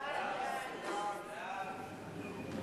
ההצעה להעביר את הצעת חוק הגנה על הציבור מפני עברייני מין (תיקון),